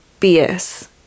BS